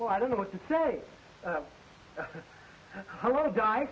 well i don't know what to say i want to die